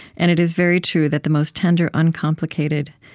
and it is very true that the most tender, uncomplicated,